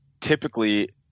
typically